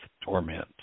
torment